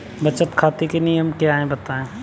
बचत खाते के क्या नियम हैं बताएँ?